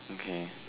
okay